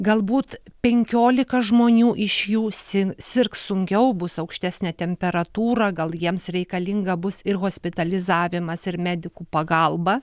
galbūt penkiolika žmonių iš jų si sirgs sunkiau bus aukštesnė temperatūra gal jiems reikalinga bus ir hospitalizavimas ir medikų pagalba